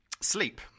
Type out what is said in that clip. Sleep